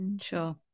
Sure